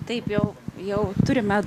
taip jau jau turime